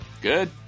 Good